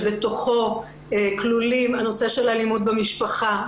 שבתוכו כלולים הנושא של אלימות במשפחה,